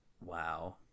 Wow